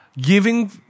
giving